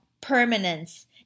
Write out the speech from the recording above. permanence